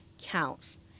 counts